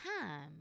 time